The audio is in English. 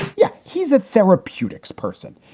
yeah, he's a therapeutics person,